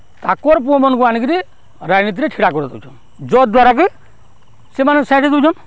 ତାକର୍ ପୁଅମାନ୍କୁ ଆଣିକିରି ରାଜନୀତିରେ ଛିଡ଼ା କରି ଦଉଚନ୍ ଯତ୍ଦ୍ଵାରାକି ସେମାନେ ଛାଡ଼ି ଦଉଚନ୍